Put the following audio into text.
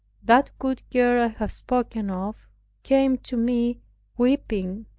that good girl i have spoken of came to me weeping,